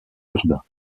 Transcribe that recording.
urbain